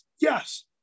Yes